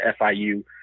FIU